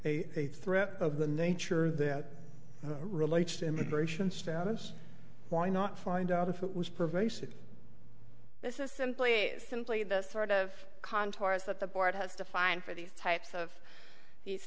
a threat of the nature that relates to immigration status why not find out if it was pervasive this is simply simply the sort of cantars that the board has defined for these types of these